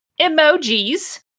emojis